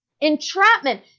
entrapment